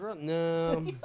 No